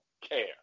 care